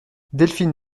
delphine